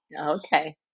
Okay